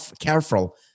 careful